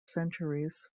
centuries